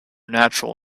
natural